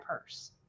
purse